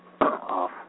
Off